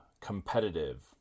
competitive